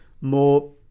more